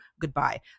Goodbye